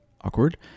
Awkward